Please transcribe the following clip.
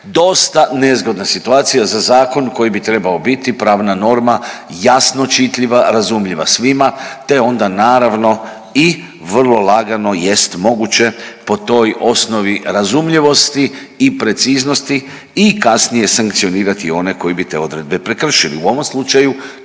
dosta nezgodna situacija za zakon koji bi trebao biti pravna norma, jasno čitljiva, razumljiva svima te onda naravno i vrlo lagano jest moguće po toj osnovi razumljivosti i preciznosti i kasnije sankcionirati one koji bi te odredbe prekršili. U ovom slučaju